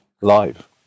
live